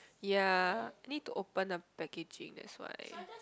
ya need to open the packaging that's why